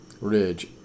Ridge